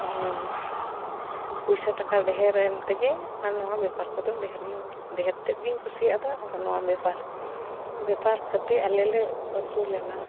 ᱯᱩᱭᱥᱟᱹ ᱴᱟᱠᱟ ᱰᱮᱦᱮᱨᱟ ᱛᱮᱜᱮ ᱟᱨ ᱱᱚᱣᱟ ᱵᱮᱯᱟᱨ ᱠᱚᱫᱚ ᱰᱷᱮᱨ ᱜᱤᱧ ᱰᱷᱮᱹᱨ ᱛᱮᱜᱮᱧ ᱠᱩᱥᱤᱭᱟᱜᱼᱟ ᱟᱨ ᱱᱚᱣᱟ ᱵᱮᱯᱟᱨ ᱵᱮᱯᱟᱨ ᱠᱟᱛᱮᱫ ᱟᱞᱮᱞᱮ ᱟᱹᱥᱩᱞᱮᱱᱟ